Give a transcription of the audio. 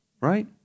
Right